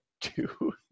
two